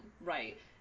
right